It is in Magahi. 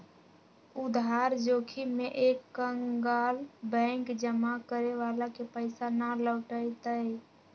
उधार जोखिम में एक कंकगाल बैंक जमा करे वाला के पैसा ना लौटय तय